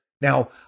Now